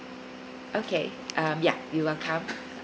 okay um ya you're welcome